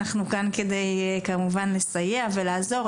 אנחנו כאן כדי כמובן לסייע ולעזור,